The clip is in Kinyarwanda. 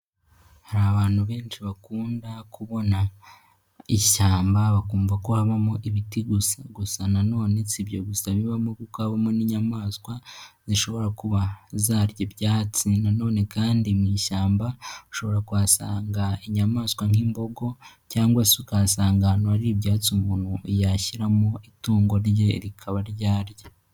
Hari abantu benshi bakunda kubona ishyamba bakumva ko habamo ibiti gusa, gusa nanone si ibyo gusa bibamo gukamo n'inyamaswa zishobora kuba zarya ibyatsi na none kandi mu ishyamba ushobora kuhasanga inyamaswa nk'imbogo cyangwa se ugasanga ahantu ari ibyatsi umuntu yashyiramo itungo rye rikaba ryarya.